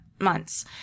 months